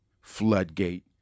floodgate